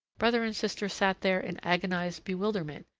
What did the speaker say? brother and sister sat there in agonized bewilderment,